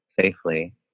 safely